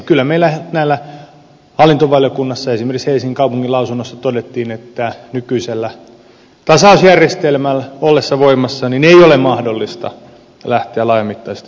kyllä meillä hallintovaliokunnassa esimerkiksi helsingin kaupungin lausunnossa todettiin että nykyisen tasausjärjestelmän ollessa voimassa ei ole mahdollista lähteä laajamittaisesti nostamaan veroprosenttia